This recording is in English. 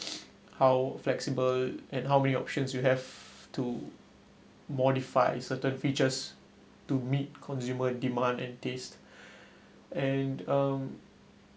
how flexible and how many options you have to modify certain features to meet consumer demand and taste and um